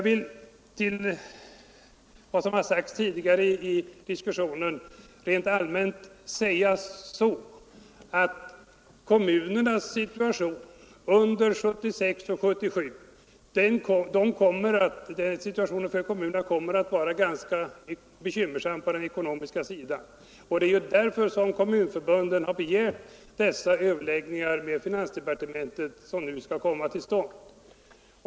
Till vad som har sagts tidigare i diskussionen vill jag helt allmänt säga att kommunernas situation under 1976 och 1977 kommer att vara ganska bekymmersam på den ekonomiska sidan. Det är ju därför som Kommunförbundet har begärt de överläggningar med finansdepartementet som nu skall komma till stånd.